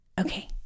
Okay